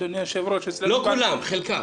אדוני היושב-ראש, אצלנו --- לא כולם, חלקם.